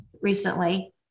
recently